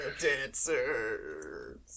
Dancers